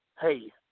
hey